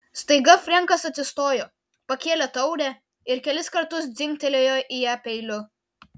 staiga frenkas atsistojo pakėlė taurę ir kelis kartus dzingtelėjo į ją peiliu